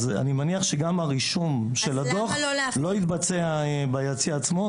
אני מניח שגם הרישום של הדוח לא יתבצע ביציע עצמו.